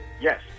Yes